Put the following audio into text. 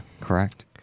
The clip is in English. correct